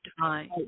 time